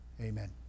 Amen